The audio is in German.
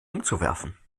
umzuwerfen